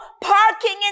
parking